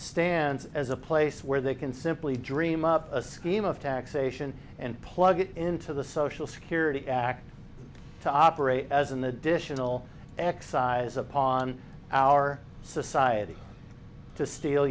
stands as a place where they can simply dream up a scheme of taxation and plug it into the social security act to operate as an additional excise upon our society to steal